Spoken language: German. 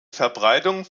verbreitung